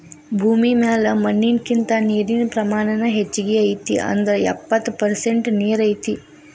ಭೂಮಿ ಮ್ಯಾಲ ಮಣ್ಣಿನಕಿಂತ ನೇರಿನ ಪ್ರಮಾಣಾನ ಹೆಚಗಿ ಐತಿ ಅಂದ್ರ ಎಪ್ಪತ್ತ ಪರಸೆಂಟ ನೇರ ಐತಿ